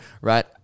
right